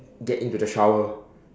get into the shower